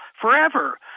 forever